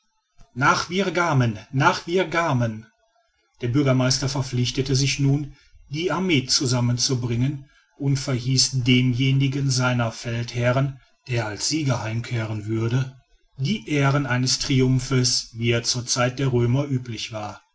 nach virgamen nach virgamen der bürgermeister verpflichtete sich nun die armee zusammenzubringen und verhieß demjenigen seiner feldherren der als sieger heimkehren würde die ehren eines triumphs wie er zur zeit der römer üblich war